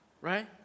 right